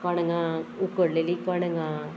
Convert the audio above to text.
कणंगांक उकडलेलीं कणंगां